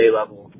level